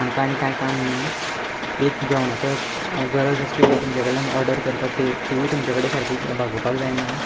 आमकां आनी कांय काम ना एक जेवणाचो गरज आसली म्हूण तुमचे कडल्यान ऑर्डर करतात ती तिवूय तुमचे कडेन सारकी भागोवपाक जायना